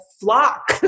flock